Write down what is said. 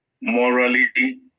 morally